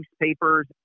newspapers